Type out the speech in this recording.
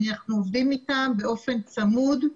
אנחנו עובדים איתם באופן צמוד.